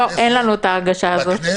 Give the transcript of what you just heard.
לא, אין לנו ההרגשה הזאת.